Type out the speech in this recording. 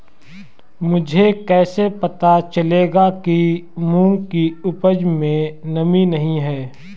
मुझे कैसे पता चलेगा कि मूंग की उपज में नमी नहीं है?